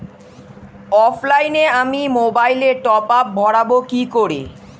অফলাইনে আমি মোবাইলে টপআপ ভরাবো কি করে?